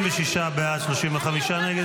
46 בעד, 35 נגד.